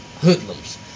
hoodlums